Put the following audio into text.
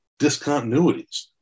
discontinuities